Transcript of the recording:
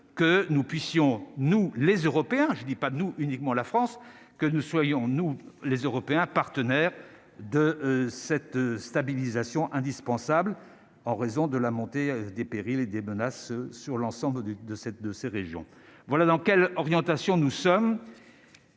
que nous puissions nous les Européens, je ne dis pas nous uniquement la France que nous soyons, nous les Européens partenaires. De cette stabilisation indispensable en raison de la montée des périls et des menaces sur l'ensemble de de cette de ces régions voilà dans quelle orientation nous sommes.